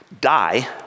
die